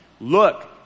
look